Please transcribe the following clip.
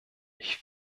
ich